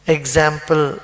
example